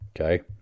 Okay